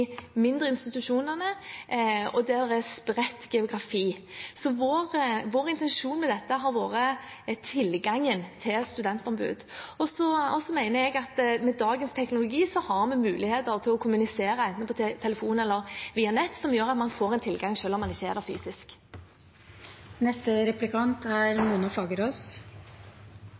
mindre institusjonene, og der det er geografisk spredning. Vår intensjon med dette har vært tilgangen til studentombud. Jeg mener at med dagens teknologi har vi muligheter til å kommunisere på telefon eller via nett, noe som gjør at man får tilgang selv om noen ikke er der fysisk. Jeg brukte mitt hovedinnlegg på å snakke om seksuell trakassering. Jeg er